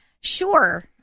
Sure